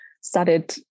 started